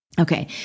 Okay